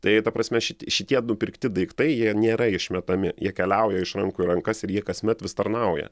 tai ta prasme šit šitie nupirkti daiktai jie nėra išmetami jie keliauja iš rankų į rankas ir jie kasmet vis tarnauja